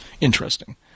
interesting